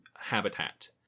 habitat